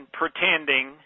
pretending